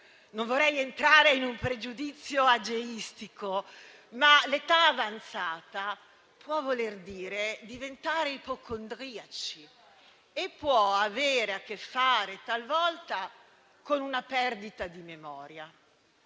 Non vorrei entrare in un pregiudizio ageistico, ma l'età avanzata può voler dire diventare ipocondriaci e può avere a che fare, talvolta, con una perdita di memoria.